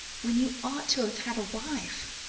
when you ought to have had a wife,